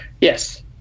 Yes